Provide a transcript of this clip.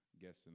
Guessing